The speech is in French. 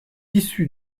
issu